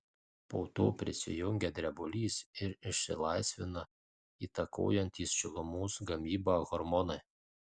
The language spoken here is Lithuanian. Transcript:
po to prisijungia drebulys ir išsilaisvina įtakojantys šilumos gamybą hormonai